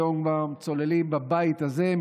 היום כבר צוללים בבית הזה,